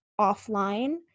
offline